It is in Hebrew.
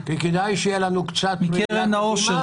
--- כדאי שתהיה לנו קצת ראייה קדימה,